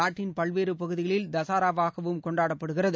நாட்டின் பல்வேறு பகுதிகளில் தசராவாகவும் கொண்டாடப்படுகிறது